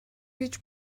гэж